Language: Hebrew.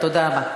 תודה רבה.